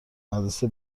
مدرسه